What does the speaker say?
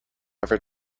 ever